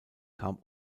kam